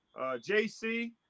JC